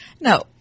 No